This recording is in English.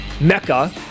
Mecca